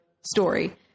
story